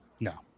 no